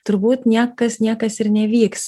turbūt niekas niekas ir nevyks